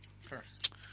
first